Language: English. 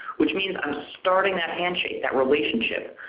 which means i'm starting that handshake, that relationship,